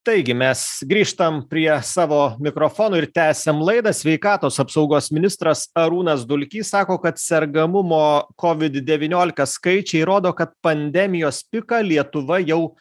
taigi mes grįžtam prie savo mikrofono ir tęsiam laidą sveikatos apsaugos ministras arūnas dulkys sako kad sergamumo kovid devyniolika skaičiai rodo kad pandemijos piką lietuva jau